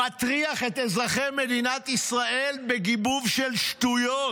מטריח את אזרחי מדינת ישראל בגיבוב של שטויות,